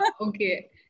okay